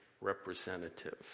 representative